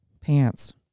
pants